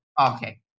Okay